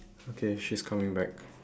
okay she's coming back